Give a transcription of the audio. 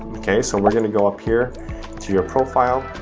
so we're gonna go up here to your profile.